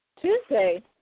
Tuesday